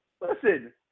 Listen